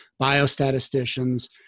biostatisticians